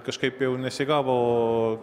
kažkaip nesigavo